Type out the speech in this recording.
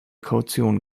kaution